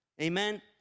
amen